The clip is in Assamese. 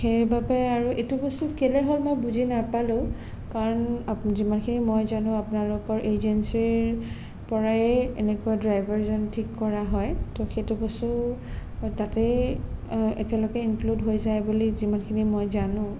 সেইবাবে আৰু এইটো বস্তু কেলৈ হ'ল মই বুজি নাপালোঁ কাৰণ আপ যিমানখিনি মই জানো আপোনালোকৰ এজেঞ্চিৰ পৰাই এনেকুৱা ড্ৰাইভাৰজন ঠিক কৰা হয় ত' সেইটো বস্তু তাতেই একেলগে ইনক্লোড হৈ যায় বুলি যিমানখিনি মই জানো